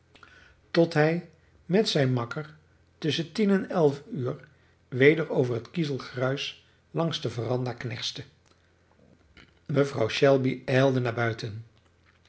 tot hij met zijn makker tusschen tien en elf uur weder over het kiezelgruis langs de veranda knerste mevrouw shelby ijlde naar buiten